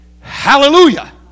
Hallelujah